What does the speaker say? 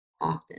often